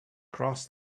cross